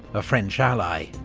a french ally,